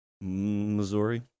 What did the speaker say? Missouri